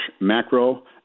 macro